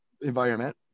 environment